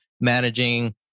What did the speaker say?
managing